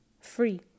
Free